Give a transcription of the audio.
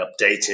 updated